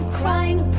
crying